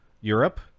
Europe